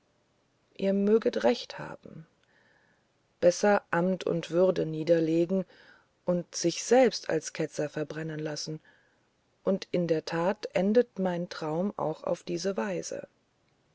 ihr möget recht haben besser amt und würde niederlegen und sich selbst als ketzer verbrennen lassen und in der tat endete mein traum auch auf diese weise